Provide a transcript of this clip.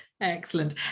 Excellent